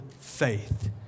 faith